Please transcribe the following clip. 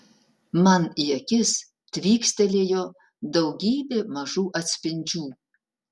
man į akis tvykstelėjo daugybė mažų atspindžių